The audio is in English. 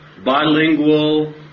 bilingual